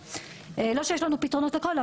לא שיש לנו פתרונות להכול,